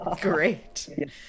Great